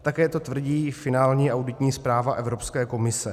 Také to tvrdí finální auditní zpráva Evropské komise.